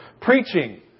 Preaching